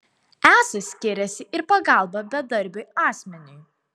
esą skiriasi ir pagalba bedarbiui asmeniui